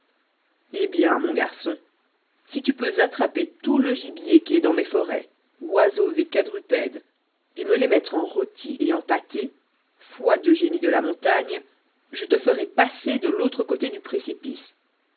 eh bien mon garçon si tu peux attraper tout le gibier qui est dans mes forêts oiseaux et quadrupèdes et me les mettre en rôtis et en pâtés foi de génie de la montagne je te ferai passer de l'autre côté du précipice